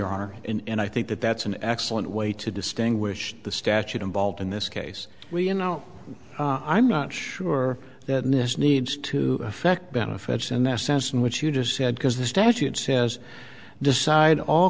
are and i think that that's an excellent way to distinguish the statute involved in this case we you know i'm not sure that this needs to affect benefits in the sense in which you just said because the statute says decide all